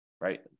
right